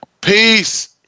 Peace